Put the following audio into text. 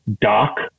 doc